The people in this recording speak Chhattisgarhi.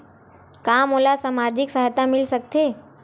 का मोला सामाजिक सहायता मिल सकथे?